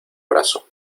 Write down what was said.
brazo